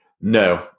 no